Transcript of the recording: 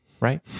right